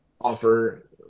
Offer